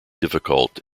difficult